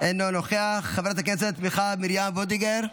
אינו נוכח, חברת הכנסת מיכל מרים וולדיגר,